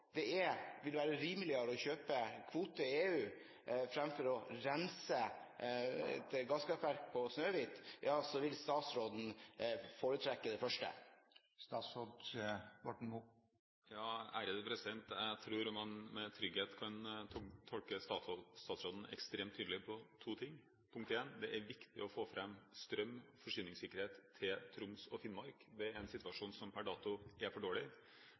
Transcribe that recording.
vil være rimeligere å kjøpe kvoter i EU fremfor å rense gasskraftverket på Snøhvit, vil statsråden foretrekke det første? Jeg tror man med trygghet kan tolke statsråden ekstremt tydelig på to ting. Punkt 1: Det er viktig å få fram strøm – forsyningssikkerhet – til Troms og Finnmark. Det er en situasjon som per dato er for dårlig.